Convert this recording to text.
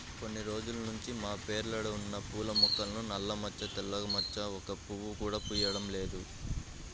కొన్ని రోజుల్నుంచి మా పెరడ్లో ఉన్న పూల మొక్కలకు నల్ల మచ్చ తెగులు వచ్చి ఒక్క పువ్వు కూడా పుయ్యడం లేదు